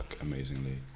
amazingly